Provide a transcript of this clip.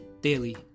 Daily